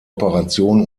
operation